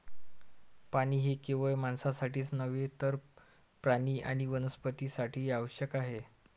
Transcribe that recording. पाणी हे केवळ माणसांसाठीच नव्हे तर प्राणी आणि वनस्पतीं साठीही आवश्यक आहे